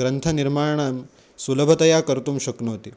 ग्रन्थनिर्माणं सुलभतया कर्तुं शक्नोति